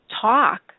talk